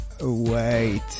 Wait